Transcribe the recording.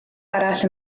arall